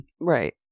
Right